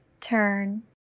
turn